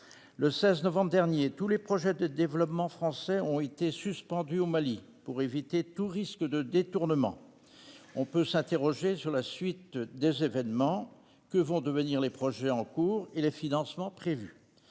Le 16 novembre dernier, tous les projets de développement français ont été suspendus au Mali, pour éviter tout risque de détournement. On peut s'interroger sur la suite des événements : que vont devenir les projets en cours et les financements prévus